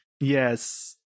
yes